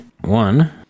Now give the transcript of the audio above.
One